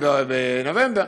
בנובמבר.